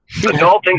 adulting